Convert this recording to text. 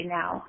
now